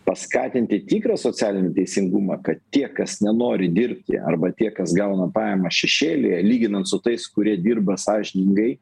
paskatinti tikrą socialinį teisingumą kad tie kas nenori dirbti arba tie kas gauna pajamas šešėlyje lyginant su tais kurie dirba sąžiningai